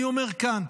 אני אומר כאן: